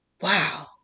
wow